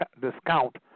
discount